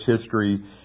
history